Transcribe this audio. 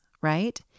right